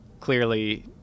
clearly